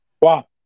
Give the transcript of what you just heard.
Wow